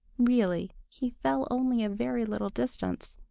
really he fell only a very little distance.